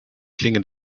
klingen